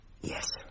Yes